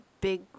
big